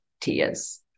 tears